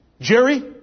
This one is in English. Jerry